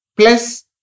plus